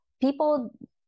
people